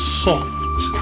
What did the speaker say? soft